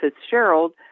Fitzgerald